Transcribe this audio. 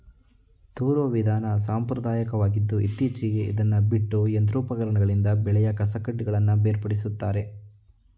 ತೂರುವ ವಿಧಾನ ಸಾಂಪ್ರದಾಯಕವಾಗಿದ್ದು ಇತ್ತೀಚೆಗೆ ಇದನ್ನು ಬಿಟ್ಟು ಯಂತ್ರೋಪಕರಣಗಳಿಂದ ಬೆಳೆಯ ಕಸಕಡ್ಡಿಗಳನ್ನು ಬೇರ್ಪಡಿಸುತ್ತಾರೆ